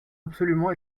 absolument